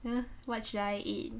hmm what should I eat